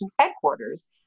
headquarters